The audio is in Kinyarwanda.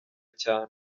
cyane